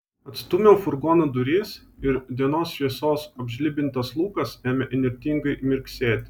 atstūmiau furgono duris ir dienos šviesos apžlibintas lukas ėmė įnirtingai mirksėti